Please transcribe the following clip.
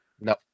No